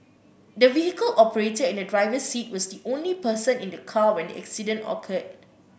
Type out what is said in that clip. the vehicle operator in the driver's seat was the only person in the car when the accident occurred